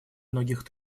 многих